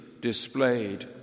displayed